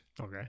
Okay